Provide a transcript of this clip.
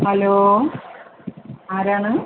hello ആരാണ്